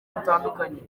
bitandukanye